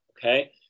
okay